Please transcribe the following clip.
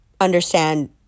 understand